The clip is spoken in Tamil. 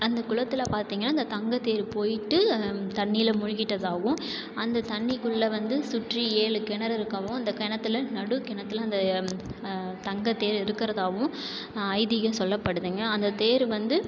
அந்த குளத்தில் பார்த்தீங்கன்னா அந்த தங்க தேர் போய்ட்டு தண்ணீயில மூழ்கிட்டதாகவும் அந்த தண்ணி குள்ளே வந்து சுற்றி ஏழு கிணறு இருக்கவும் அந்த கிணத்துல நடு கிணத்துல அந்த தங்க தேர் இருக்கிறதாவும் ஐதீகம் சொல்லப்படுதுங்க அந்த தேர் வந்து